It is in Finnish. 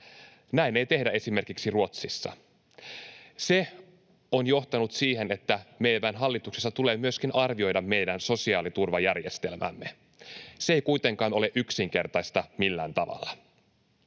Näin ei tehdä esimerkiksi Ruotsissa. Se on johtanut siihen, että meidän tulee hallituksessa myöskin arvioida meidän sosiaaliturvajärjestelmäämme. Se ei kuitenkaan ole yksinkertaista millään tavalla.